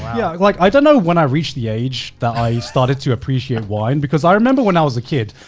yeah. like i dunno when i reached the age that i started to appreciate wine because i remember when i was a kid,